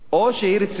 או שהן רציניות,